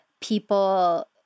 people